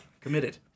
Committed